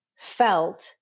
felt